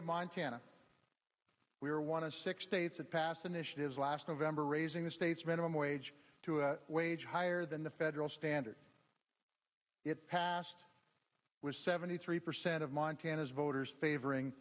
of montana we are one of six states that passed initiatives last november raising the state minimum wage to a wage higher than the federal standard it passed with seventy three percent of montana's voters favoring